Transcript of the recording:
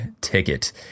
ticket